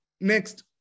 next